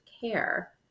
care